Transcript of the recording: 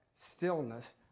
stillness